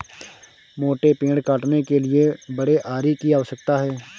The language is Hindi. मोटे पेड़ काटने के लिए बड़े आरी की आवश्यकता है